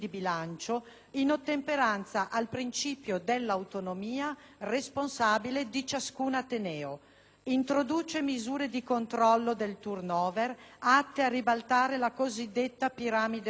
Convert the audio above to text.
in ottemperanza al principio dell'autonomia responsabile di ciascun ateneo. Introduce misure di controllo del *turnover*, atte a ribaltare la cosiddetta piramide rovesciata